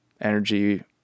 energy